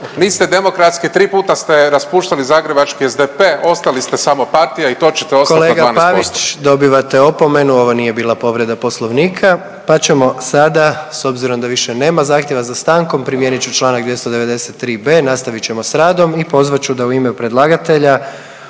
niste demokratski tri puta ste raspuštali Zagrebački SDP, ostali ste samo partija i to ćete ostat na 12%.